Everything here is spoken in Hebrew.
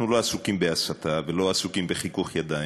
אנחנו לא עסוקים בהסתה ולא עסוקים בחיכוך ידיים.